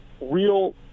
real